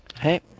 Hey